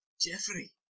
Jeffrey